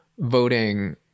voting